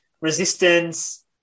resistance